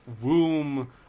womb